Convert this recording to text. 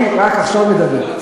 אני עכשיו מדבר.